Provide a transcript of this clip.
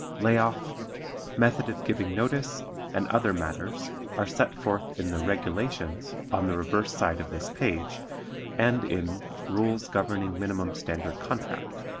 lay-off, method of giving notice and other matters are set forth in the regulations on the reverse side of this page and in rules governing minimum standard contract,